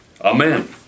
Amen